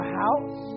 house